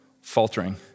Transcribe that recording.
faltering